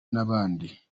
n’abandi